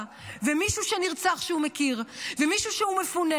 ומישהו שנרצח והוא מכיר ומישהו שהוא מפונה,